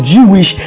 Jewish